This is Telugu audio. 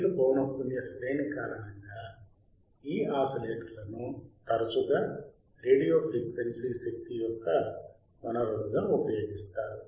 అధిక పౌనఃపున్య శ్రేణి కారణంగా ఈ ఆసిలేటర్లను తరచుగా రేడియో ఫ్రీక్వెన్సీ శక్తి యొక్క వనరులుగా ఉపయోగిస్తారు